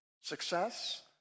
success